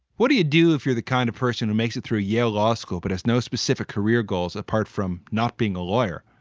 what do you do if you're the kind of person who makes it through yale law school but has no specific career goals apart from not being a lawyer?